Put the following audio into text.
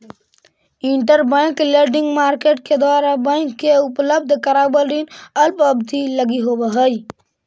interbank lending market के द्वारा bank के उपलब्ध करावल ऋण अल्प अवधि लगी होवऽ हइ